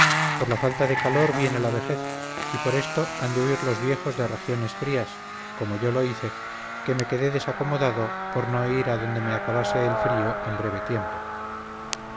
por falta de calor viene la vejez y por esto han de huir los viejos de regiones frías como yo lo hice que me quedé desacomodado por no ir a donde me acabase el frío en breve tiempo